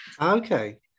Okay